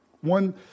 One